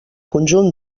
conjunt